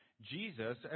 Jesus